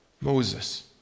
Moses